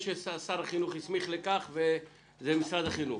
ששר החינוך הסמיך לכך וזה משרד החינוך.